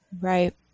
right